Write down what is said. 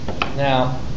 Now